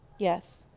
yes,